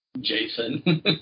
Jason